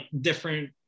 different